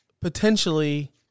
potentially